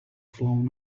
flown